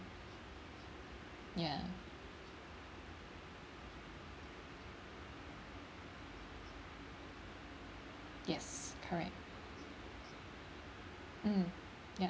ya yes correct mm ya